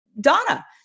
Donna